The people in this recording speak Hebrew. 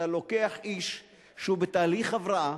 אתה לוקח איש שהוא בתהליך הבראה,